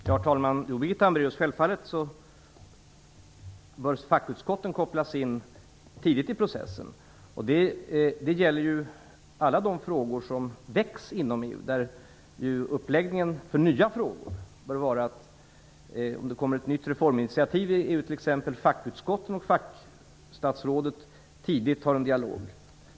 Herr talman! Självfallet bör fackutskotten kopplas in tidigt i processen, Birgitta Hambraeus. Det gäller ju alla de frågor som väcks inom EU. Uppläggningen för nya frågor bör vara den, att om det t.ex. kommer ett nytt reforminitiativ i EU skall fackutskotten och fackstatsrådet tidigt föra en dialog.